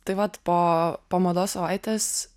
tai vat po po mados savaitės